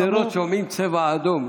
בשדרות שומעים צבע אדום,